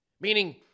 Meaning